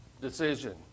decision